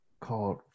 called